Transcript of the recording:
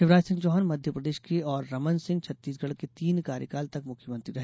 शिवराज सिंह चौहान मध्य प्रदेश के और रमन सिंह छत्तीसगढ़ के तीन कार्यकाल तक मुख्यमंत्री रहे